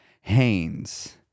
Haynes